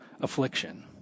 affliction